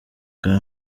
bwa